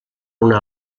una